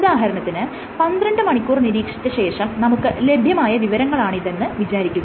ഉദാഹരണത്തിന് പന്ത്രണ്ട് മണിക്കൂർ നിരീക്ഷിച്ച ശേഷം നമുക്ക് ലഭ്യമായ വിവരങ്ങളാണ് ഇതെന്ന് വിചാരിക്കുക